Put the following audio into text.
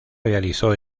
realizó